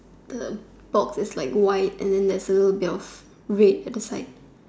the box is like white and than there is a little of red at the side